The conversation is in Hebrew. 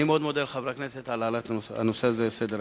אני מאוד מודה לחברי הכנסת על העלאת הנושא הזה לסדר-היום.